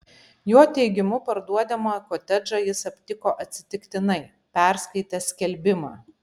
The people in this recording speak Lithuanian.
jo teigimu parduodamą kotedžą jis aptiko atsitiktinai perskaitęs skelbimą